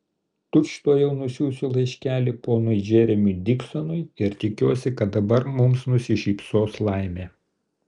tučtuojau nusiųsiu laiškelį ponui džeremiui diksonui ir tikiuosi kad dabar mums nusišypsos laimė